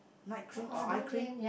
night cream or eye cream